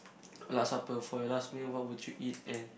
last supper for your last meal what would you eat and